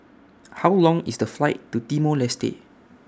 How Long IS The Flight to Timor Leste